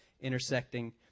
intersecting